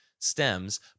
stems